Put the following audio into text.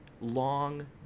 long